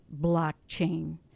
blockchain